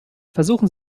versuchen